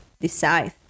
decide